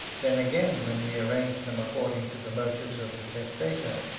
then again, when we arrange them according to the motives of the testator,